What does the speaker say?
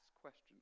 questions